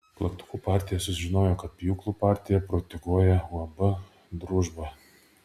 plaktukų partija sužinojo kad pjūklų partija proteguoja uab družba